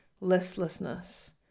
listlessness